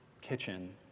kitchen